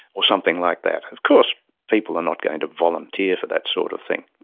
or something like that. of course people are not going to volunteer for that sort of thing.